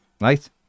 right